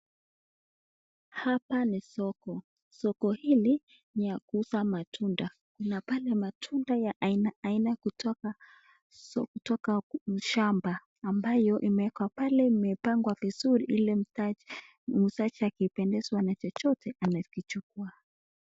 Hapa ni soko. Soko hili ni ya kuuza matunda. Kuna pale matunda ya aina aina kutoka shamba ambayo imewekwa pale imepangwa vizuri ili muuzaji akipendezwa na chochote anaweza akaichukua.